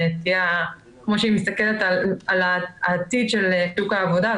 כמו שהיא מסתכלת על העתיד של שוק העבודה,